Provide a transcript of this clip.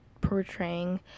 portraying